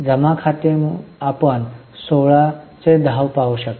जमा खाते आपण 16 ते 10 पाहू शकता